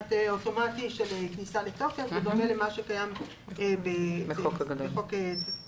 כמעט אוטומטי של כניסה לתוקף בדומה למה שקיים בחוק סמכויות